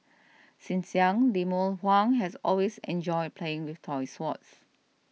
since young Lemuel Huang has always enjoyed playing with toy swords